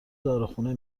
داروخانه